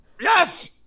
Yes